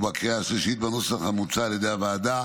ובקריאה השלישית בנוסח המוצע על ידי הוועדה.